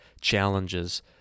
challenges